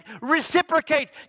reciprocate